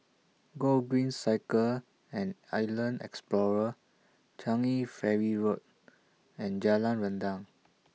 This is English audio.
Gogreen Cycle and Island Explorer Changi Ferry Road and Jalan Rendang